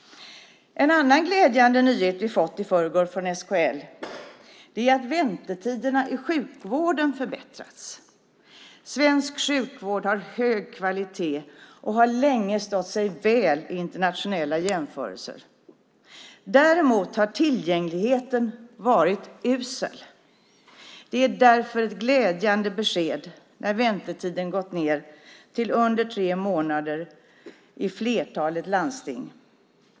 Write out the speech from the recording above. En annan glädjande nyhet som vi fick i förrgår från SKL är att väntetiderna i sjukvården förbättrats. Svensk sjukvård har hög kvalitet och har länge stått sig väl i internationella jämförelser. Däremot har tillgängligheten varit usel. Det är därför ett glädjande besked att väntetiden har gått ned till under tre månader i flertalet landsting.